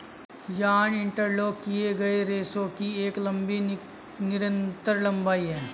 yarn interlock किए गए रेशों की एक लंबी निरंतर लंबाई है